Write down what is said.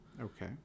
Okay